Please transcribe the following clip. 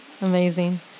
Amazing